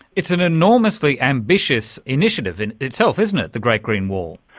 it's an enormously ambitious initiative and itself, isn't it, the great green wall?